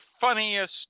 funniest